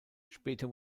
später